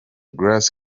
grace